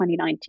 2019